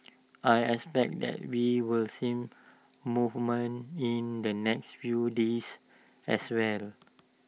I expect that we will see movement in the next few days as well